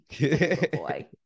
boy